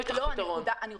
אני רוצה,